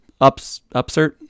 upsert